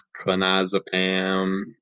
clonazepam